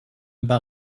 bar